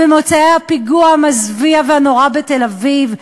במוצאי הפיגוע המזוויע והנורא בתל-אביב,